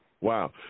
Wow